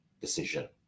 decision